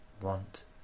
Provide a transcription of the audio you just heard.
want